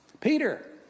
Peter